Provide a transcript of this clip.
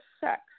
sex